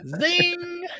Zing